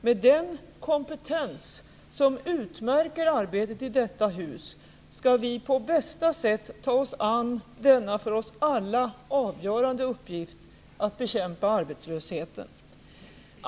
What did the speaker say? Med den kompetens som utmärker arbetet i detta hus skall vi på bästa sätt ta oss an denna för oss alla avgörande uppgift - att bekämpa arbetslösheten.